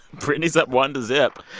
brittany's up one to zip.